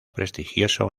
prestigioso